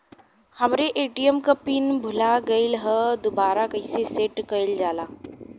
हमरे ए.टी.एम क पिन भूला गईलह दुबारा कईसे सेट कइलजाला?